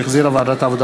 שהחזירה ועדת העבודה,